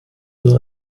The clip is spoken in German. nur